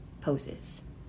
poses